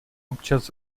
občas